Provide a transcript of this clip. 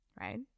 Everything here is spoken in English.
right